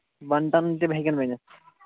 بَنٹن تِم ہٮ۪کَن بٔنِتھ